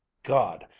god!